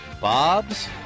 Bob's